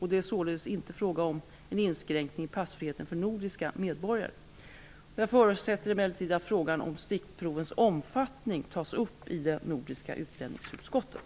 Det är således inte fråga om en inskränkning i passfriheten för nordiska medborgare. Jag förutsätter att emellertid att frågan om stickprovens omfattning tas upp i det